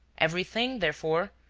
everything, therefore,